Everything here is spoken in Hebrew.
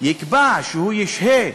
יקבע שהוא ישהה